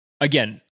again